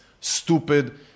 stupid